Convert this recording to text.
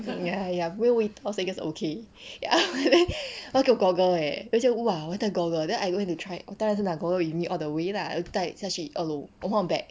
ya ya 没有味道 so 应该是 okay ya but then 他给我 goggle eh then 我就 !whoa! 我还要带 goggle then I back and try 当然是拿 goggle with me all the way lah 带下去二楼我换 bag